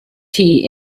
tea